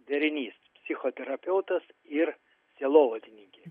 derinys psichoterapeutas ir sielovadininkė